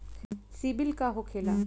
सीबील का होखेला?